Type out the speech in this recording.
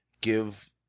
give